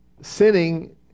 sinning